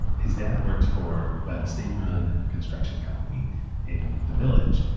his dad worked for a state-run construction company in the village.